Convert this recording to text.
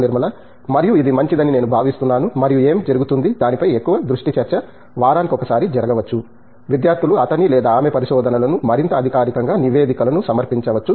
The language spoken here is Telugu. నిర్మలా మరియు ఇది మంచిదని నేను భావిస్తున్నాను మరియు ఏమి జరుగుతుంది దాని పై ఎక్కువ దృష్టి చర్చ వారానికొకసారి జరగవచ్చు విద్యార్థులు అతని లేదా ఆమె పరిశోధనలను మరింత అధికారికంగా నివేదికలను సమర్పించవచ్చు